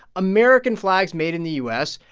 american flags made in the u s.